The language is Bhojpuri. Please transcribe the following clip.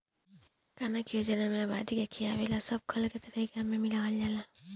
खाना के योजना में आबादी के खियावे ला सब खल के तरीका के मिलावल जाला